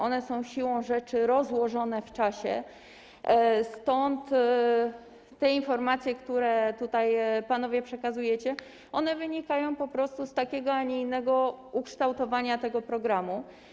One są siłą rzeczy rozłożone w czasie, stąd te informacje, które tutaj panowie przekazujecie, wynikają po prostu z takiego, a nie innego ukształtowania tego programu.